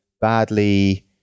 badly